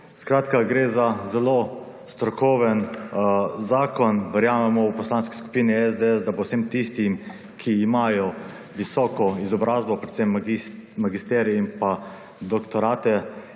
Slovenija. Gre za zelo strokoven zakon. Verjamemo v Poslanski skupini SDS, da bo vsem tistim, ki imajo visoko izobrazbo, predvsem magisterij in doktorate